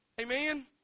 Amen